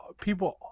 people